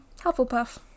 Hufflepuff